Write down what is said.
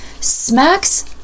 smacks